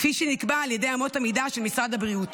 כפי שנקבע באמות המידה של משרד הבריאות.